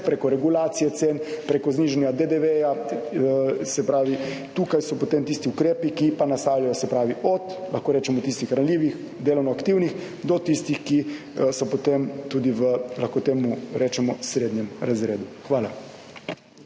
preko regulacije cen, preko znižanja DDV, se pravi, tukaj so potem tisti ukrepi, ki pa nastavljajo, se pravi, od, lahko rečemo, tistih ranljivih delovno aktivnih do tistih, ki so potem tudi v, lahko temu rečemo, srednjem razredu. Hvala.